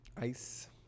ice